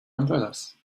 umbrellas